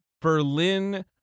Berlin